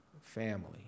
family